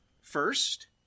first